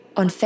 on